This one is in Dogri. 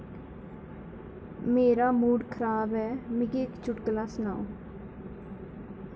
मेरा मूड खराब ऐ मिगी इक चुटकला सनाओ